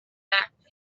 backed